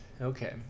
Okay